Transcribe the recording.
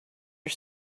are